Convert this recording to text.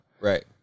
Right